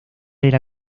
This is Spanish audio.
era